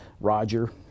Roger